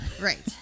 Right